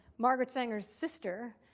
margaret sanger's sister,